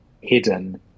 hidden